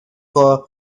for